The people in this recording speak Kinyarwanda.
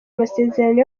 amasezerano